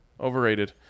Overrated